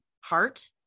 heart